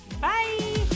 Bye